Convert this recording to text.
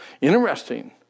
Interesting